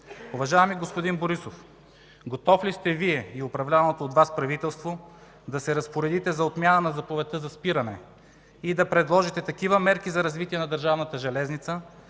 Уважаеми господин Борисов, готов ли сте Вие и управляваното от Вас правителство да се разпоредите за отмяна на заповедта за спиране и да предложите такива мерки за развитие на държавната железница,